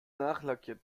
nachlackiert